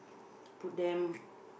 put them